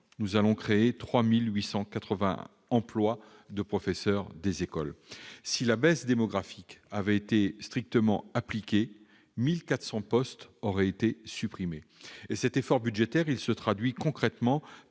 nous allons créer 3 880 emplois de professeurs des écoles. Si la baisse démographique avait été strictement appliquée, 1 400 postes auraient été supprimés. Cet effort budgétaire se traduit concrètement